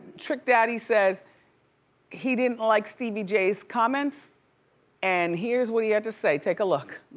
trick daddy says he didn't like stevie j's comments and here's what he had to say. take a look.